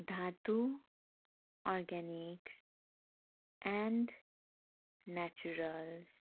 धातु organic and natural